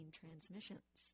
transmissions